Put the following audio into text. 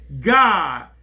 God